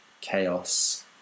chaos